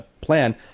plan